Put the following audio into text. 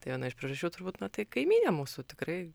tai viena iš priežasčių turbūt na tai kaimynė mūsų tikrai